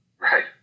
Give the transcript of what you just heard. Right